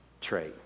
trait